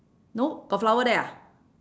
no got flower there ah